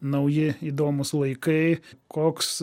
nauji įdomūs laikai koks